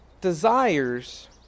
Desires